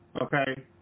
Okay